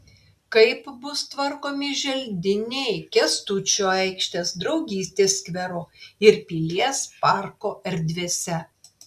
kaip bus tvarkomi želdiniai kęstučio aikštės draugystės skvero ir pilies parko erdvėse